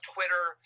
Twitter